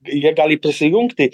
jie gali prisijungti